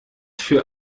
für